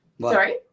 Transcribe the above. Sorry